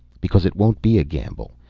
because it won't be a gamble.